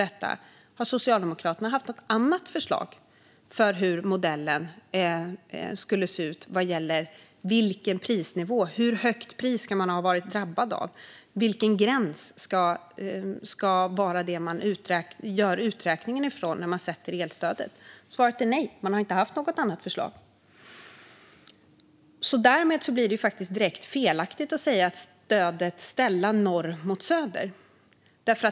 Har då Socialdemokraterna haft något annat förslag för hur modellen skulle se ut vad gäller hur högt pris man ska ha varit drabbad av och vilken gräns det ska vara när uträkningen görs och elstödet fastställs? Svaret är nej. Man har inte haft något annat förslag. Det blir direkt felaktigt att ställa norr mot söder.